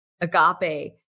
agape